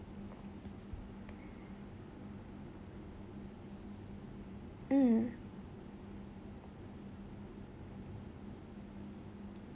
mm